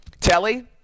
Telly